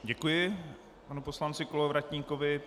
Děkuji panu poslanci Kolovratníkovi.